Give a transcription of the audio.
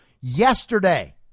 yesterday